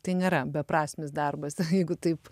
tai nėra beprasmis darbas jeigu taip